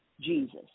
Jesus